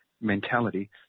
mentality